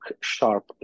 sharp